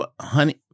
Honey